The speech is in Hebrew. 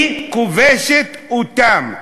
היא כובשת אותם,